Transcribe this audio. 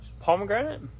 Pomegranate